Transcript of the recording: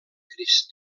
crist